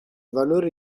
valore